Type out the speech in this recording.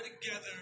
together